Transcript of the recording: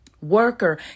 worker